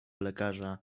lekarza